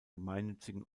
gemeinnützigen